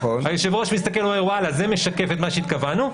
היושב-ראש מסתכל ואומר: זה משקף את מה שהתכוונו,